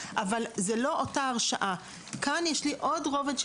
אלה: נעה,